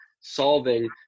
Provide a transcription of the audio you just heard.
solving